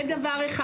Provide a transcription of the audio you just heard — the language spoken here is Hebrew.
זה דבר אחד.